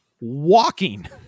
walking